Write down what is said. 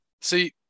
See